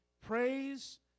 Praise